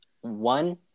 one